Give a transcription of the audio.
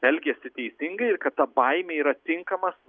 elgiasi teisingai ir kad ta baimė yra tinkamas